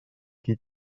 qui